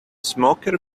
smoker